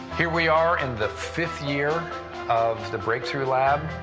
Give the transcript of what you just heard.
here we are in the fifth year of the breakthrough lab,